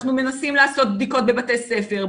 אנחנו מנסים לעשות בדיקות בבתי ספר,